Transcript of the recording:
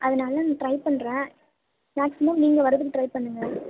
அதனால் ட்ரை பண்ணுறேன் மேக்ஸிமம் நீங்கள் வரதுக்கு ட்ரை பண்ணுங்கள்